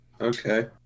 Okay